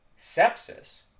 sepsis